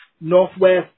Northwest